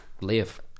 Live